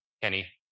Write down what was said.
Kenny